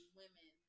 women